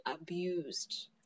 abused